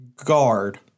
guard